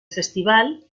festival